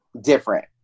different